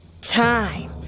Time